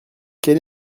quel